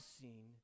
seen